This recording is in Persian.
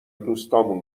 دوستامون